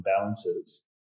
balances